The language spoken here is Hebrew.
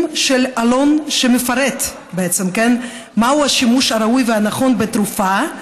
של עלון שמפרט בעצם מהו השימוש הראוי והנכון בתרופה,